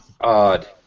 Odd